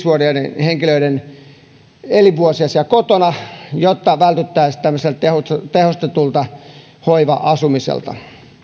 vuotiaiden henkilöiden elinvuosia kotona jotta vältyttäisiin tämmöiseltä tehostetulta hoiva asumiselta